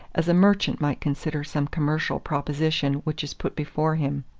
as a merchant might consider some commercial proposition which is put before him.